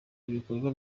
ibikorwa